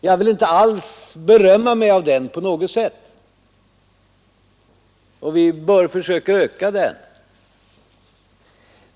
Jag vill inte alls skryta med den på något sätt. Vi bör försöka öka den.